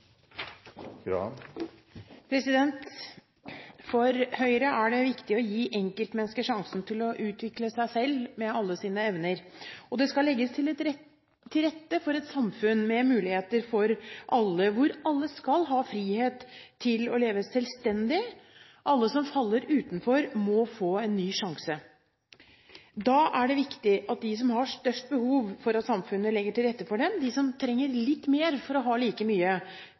det viktig å gi enkeltmennesker sjansen til å utvikle seg selv med alle sine evner. Det skal legges til rette for et samfunn med muligheter for alle, hvor alle skal ha frihet til å leve selvstendig. Alle som faller utenfor, må få en ny sjanse. Da er det viktig at de som har størst behov for at samfunnet legger til rette for dem – de som trenger litt mer for å ha like mye